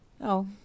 Oh